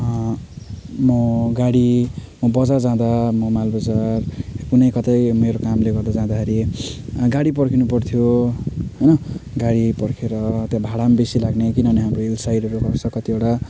म गाडी म बजार जाँदा म माल बजार कुनै कतै मेरो कामले गर्दा जाँदाखेरि गाडी पर्खिनु पर्थ्यो होइन गाडी पर्खेर त्यहाँ भाडा बेसी लाग्ने किनभने हाम्रो हिल्स साइडहरू कतिवटा